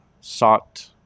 sought